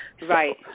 Right